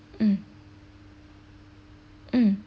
mm mm